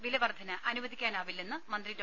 വിലവർദ്ധന അനുവദിക്കാനാവില്ലെന്ന് മന്ത്രി ഡോ